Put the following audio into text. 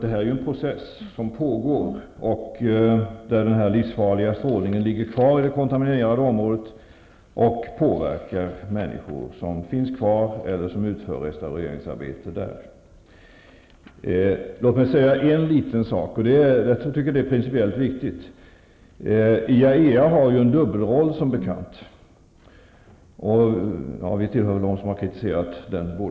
Det här är en process som pågår. Den livsfarliga strålningen finns kvar i det kontaminerade området och påverkar människor som finns kvar eller utför restaureringsarbete där. IAEA har som bekant en dubbelroll. Jag antar att vi båda har kritiserat den.